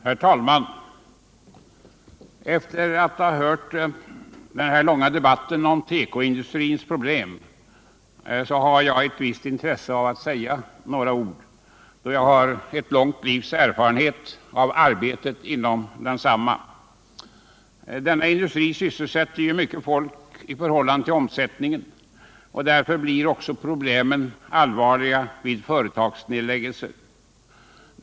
Herr talman! Efter att nu ha hört denna långa debatt om tekoindustrins problem har jag ett visst intresse av att säga några ord, då jag har ett långt livs erfarenhet av arbetet inom densamma. Denna industri sysselsätter ju mycket folk i förhållande till omsättningen. Därför blir också problemen så allvarliga vid företagsnedläggelser.